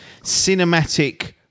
cinematic